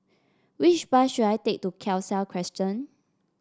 which bus should I take to Khalsa Crescent